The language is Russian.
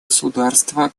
государства